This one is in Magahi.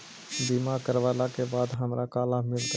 बीमा करवला के बाद हमरा का लाभ मिलतै?